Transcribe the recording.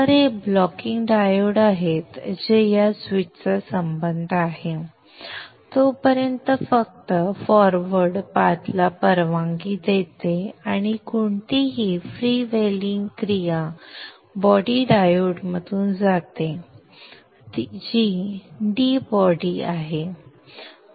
तर हे blocking diode आहे जे या स्विचचा संबंध आहे तोपर्यंत फक्त फॉरवर्ड पाथला परवानगी देते आणि कोणतीही फ्रीव्हीलिंग क्रिया बॉडी डायोडमधून जाते जी डी बॉडी आहे